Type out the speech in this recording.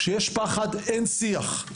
כשיש פחד אין שיח,